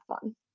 fun